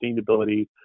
sustainability